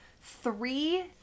Three